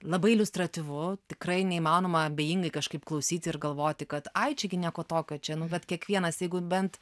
labai iliustratyvu tikrai neįmanoma abejingai kažkaip klausyti ir galvoti kad ai čiagi nieko tokio čia nu vat kiekvienas jeigu bent